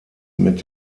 mit